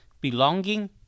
belonging